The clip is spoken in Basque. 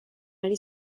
ari